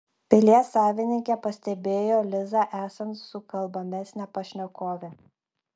pilies savininkė pastebėjo lizą esant sukalbamesnę pašnekovę